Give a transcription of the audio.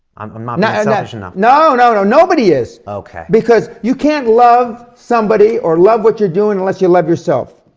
um i'm not being selfish enough? no, no, no, nobody is. okay. because you can't love somebody, or love what you're doing unless you love yourself.